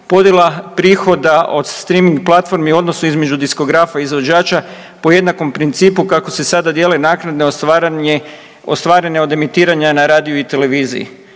Podjela prihoda od streaming platformi u odnosu između diskografa izvođača po jednakom principu kako se sada dijele naknade ostvarene od emitiranja na radiju i televiziji.